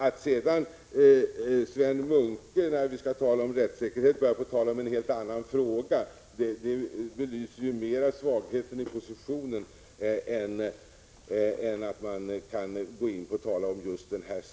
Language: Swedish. Att sedan Sven Munke, när vi skall tala om rättssäkerhet, börjar prata om en helt annan sak, belyser svagheten i den position som han har intagit.